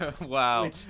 Wow